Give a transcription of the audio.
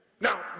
Now